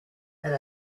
had